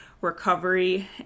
recovery